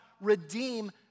redeem